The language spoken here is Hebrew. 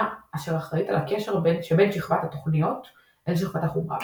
אשר אחראית על הקשר שבין שכבת התוכניות אל שכבת החומרה.